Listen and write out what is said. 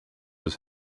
his